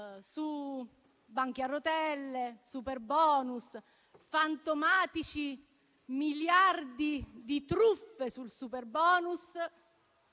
su banchi a rotelle, superbonus, fantomatici miliardi di truffe sul superbonus,